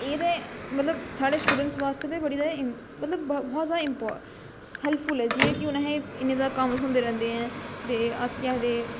एह ते मतलब साढ़े स्टूडेंटस बास्तै ते बड़ी ज्यादा मतलब बहुत ज्यादा इमपाटेंट हैल्पफुल ऐ जियां कि हून आसेंगी इन्ने ज्यादा कम्म थ्होंदे रौंहदे ऐ अस केह् आक्खदे